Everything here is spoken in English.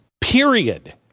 period